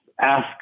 ask